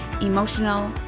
emotional